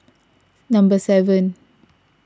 number seven